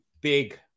big